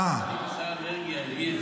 שר האנרגיה הביא את זה.